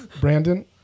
Brandon